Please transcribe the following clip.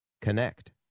connect